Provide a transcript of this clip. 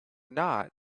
not